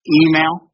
email